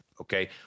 okay